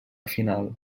final